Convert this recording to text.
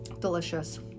delicious